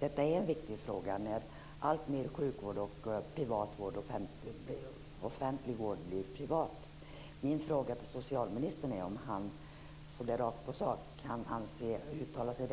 Detta är en viktig fråga när alltmer offentlig sjukvård blir privat. Min fråga till socialministern är om han rakt på sak kan uttala sig